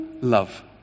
love